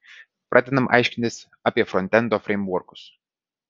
pradedam aiškintis apie frontendo freimvorkus